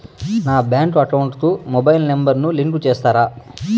నా bank account కు mobile number ను లింకు చేస్తారా?